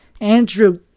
Andrew